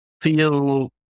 feel